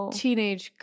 teenage